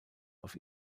auf